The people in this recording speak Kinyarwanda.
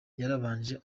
yarabanje